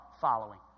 following